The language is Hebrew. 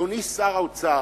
אדוני שר האוצר,